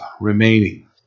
remaining